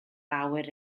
awyr